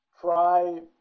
try